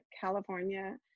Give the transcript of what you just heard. California